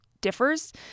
differs